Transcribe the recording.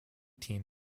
team